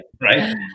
right